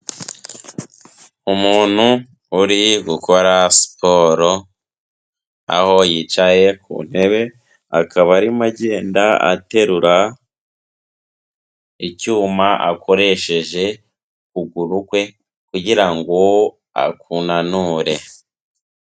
Umuntu uri gukora siporo, aho yicaye ku ntebe, akaba arimo agenda aterura icyuma akoresheje ukuguru kwe kugira ngo akunanure.